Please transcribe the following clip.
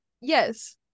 Yes